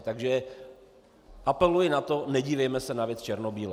Takže apeluji na to, nedívejme se na věc černobíle.